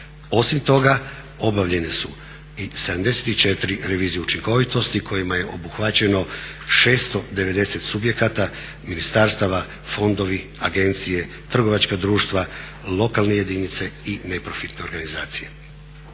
Osim toga obavljene su i 74 revizije učinkovitosti kojima je obuhvaćeno 690 subjekata, ministarstava, fondovi, agencije, trgovačka društva, lokalne jedinice i neprofitne organizacije.